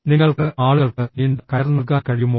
നിങ്ങൾക്ക് ആളുകൾക്ക് നീണ്ട കയർ നൽകാൻ കഴിയുമോ